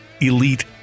elite